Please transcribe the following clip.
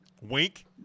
wink